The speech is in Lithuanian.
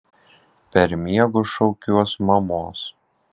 per miegus šaukiuos mamos